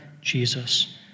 Jesus